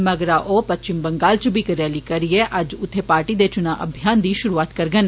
मगरा ओह् पच्छम बंगाल इच बी इक रैली अज्ज उत्थे पार्टी दे चुनां अभियान दी शुरूआत करड़न